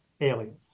aliens